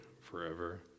forever